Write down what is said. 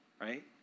right